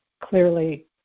clearly